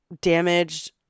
damaged